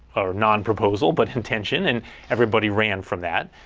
or non-proposal, but intention, and everybody ran from that.